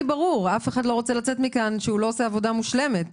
אף אחד לא רוצה לצאת מכאן כשהוא לא עושה עבודה מושלמת.